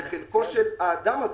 זה חלקו של האדם הזה.